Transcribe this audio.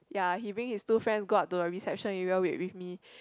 ya he bring his two friends go up to the reception area wait with me